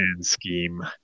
scheme